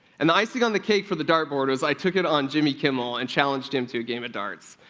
and the icing on the cake for the dartboard was i took it on jimmy kimmel and challenged him to a game of darts.